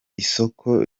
isoko